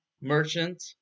merchant